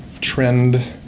trend